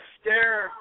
stare